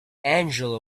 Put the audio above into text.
angela